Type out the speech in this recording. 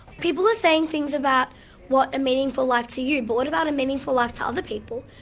people are saying things about what a meaningful life to you, but what about a meaningful life to other people,